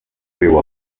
riu